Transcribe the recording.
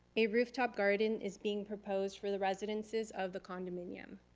a rooftop garden is being proposed for the residences of the condominium.